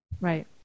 Right